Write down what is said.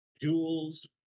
jewels